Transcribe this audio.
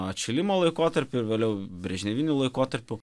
atšilimo laikotarpiu ir vėliau brežneviniu laikotarpiu